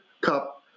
cup